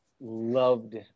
loved